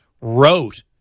wrote